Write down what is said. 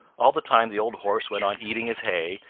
all the time the old horse went on eating his hay,